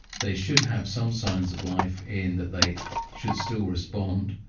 they should have some signs of life in that they should still respond,